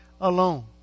alone